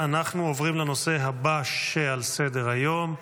אנחנו עוברים לנושא הבא שעל סדר-היום: